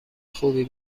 خوبی